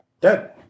Dead